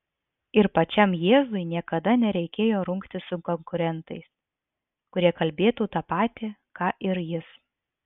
ir pačiam jėzui niekada nereikėjo rungtis su konkurentais kurie kalbėtų tą patį ką ir jis